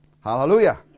Hallelujah